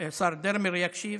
השר דרמר, יקשיב,